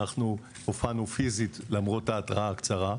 אנחנו הופענו פיזית למרות ההתראה הקצרה.